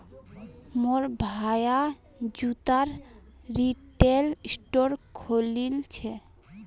मोर भाया जूतार रिटेल स्टोर खोलील छ